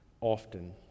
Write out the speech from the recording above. often